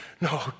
No